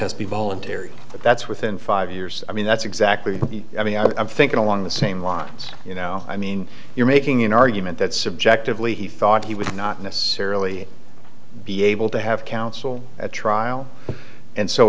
has to be voluntary but that's within five years i mean that's exactly what i mean i'm thinking along the same lines you know i mean you're making an argument that subjectively he thought he would not necessarily be able to have counsel at trial and so